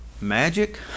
Magic